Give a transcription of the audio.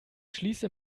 schließe